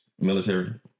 military